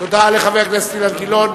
תודה לחבר הכנסת אילן גילאון.